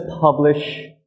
publish